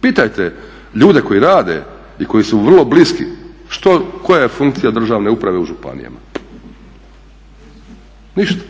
Pitajte ljude koji rade i koji su vrlo bliski koja je funkcija državne uprave u županijama. Ništa.